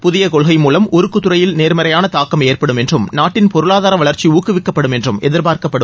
புதிய கொள்கை மூலம் உருக்குத்துறை நேர்மறையான தாக்கம் ஏற்படும் என்று நாட்டின் பொருளாதார வளர்ச்சி ஊக்குவிக்கப்படும் என்றும் எதிர்பார்க்கப்படுகிறது